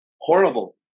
horrible